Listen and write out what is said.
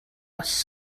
was